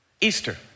Easter